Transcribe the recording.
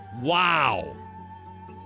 Wow